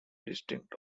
distinct